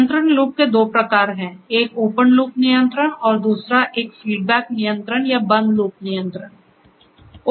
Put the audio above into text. नियंत्रण लूप के दो प्रकार हैं एक ओपन लूप नियंत्रण है और दूसरा एक फीडबैक नियंत्रण या बंद लूप नियंत्रण है